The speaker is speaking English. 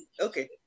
Okay